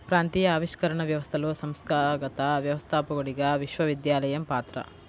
ప్రాంతీయ ఆవిష్కరణ వ్యవస్థలో సంస్థాగత వ్యవస్థాపకుడిగా విశ్వవిద్యాలయం పాత్ర